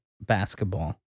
basketball